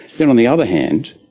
then on the other hand,